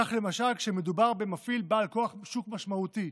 כך למשל, כשמדובר במפעיל בעל כוח שוק משמעותי,